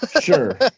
sure